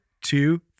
two